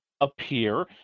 appear